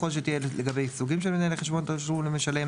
(ה) יכול שתהיה לגבי סוגים של מנהלי חשבון תשלום למשלם